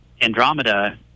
Andromeda